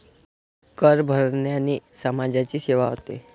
कर भरण्याने समाजाची सेवा होते